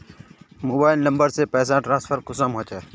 Mobile number से पैसा transfer कुंसम होचे?